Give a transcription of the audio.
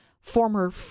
former